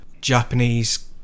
Japanese